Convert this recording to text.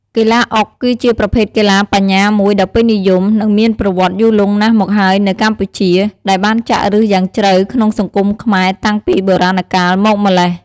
កីឡាអុកគឺជាប្រភេទកីឡាបញ្ញាមួយដ៏ពេញនិយម និងមានប្រវត្តិយូរលង់ណាស់មកហើយនៅកម្ពុជា ដែលបានចាក់ឫសយ៉ាងជ្រៅក្នុងសង្គមខ្មែរតាំងពីបុរាណកាលមកម៉្លេះ។